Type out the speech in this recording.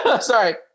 Sorry